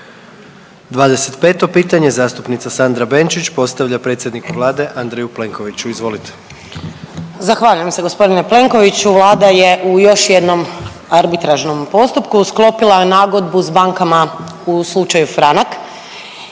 25 pitanje zastupnica Sandra Benčić postavlja predsjedniku Vlade Andreju Plenkoviću. Izvolite. **Benčić, Sandra (Možemo!)** Zahvaljujem se. Gospodine Plenkoviću, Vlada je u još jednom arbitražnom postupku sklopila je nagodbu s bankama u slučaju Franak.